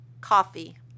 Coffee